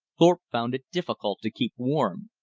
thorpe found it difficult to keep warm.